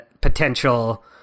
potential